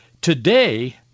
Today